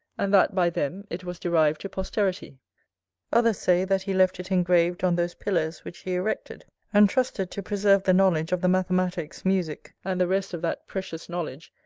and that by them it was derived to posterity others say that he left it engraven on those pillars which he erected, and trusted to preserve the knowledge of the mathematicks, musick, and the rest of that precious knowledge,